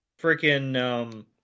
freaking